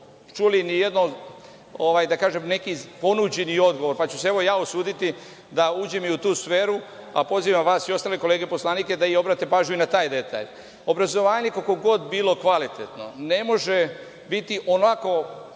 čuli nijedno, da kažem, neki ponuđeni odgovor, pa ću se usuditi ja da uđem u tu sferu, a pozivam i vas i ostale kolege poslanike da obrate pažnju i na taj detalj. Obrazovanje koliko god bilo kvalitetno ne može biti ovako